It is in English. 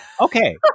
Okay